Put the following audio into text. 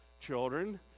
children